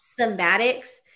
somatics